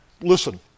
listen